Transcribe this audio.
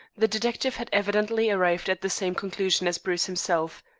the detective had evidently arrived at the same conclusion as bruce himself.